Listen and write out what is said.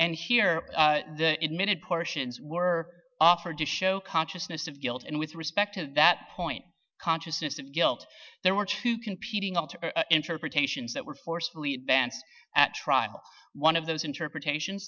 and here in minute portions were offered to show consciousness of guilt and with respect to that point consciousness of guilt there were two competing interpretations that were forcefully dance at trial one of those interpretations